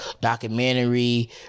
documentary